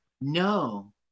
No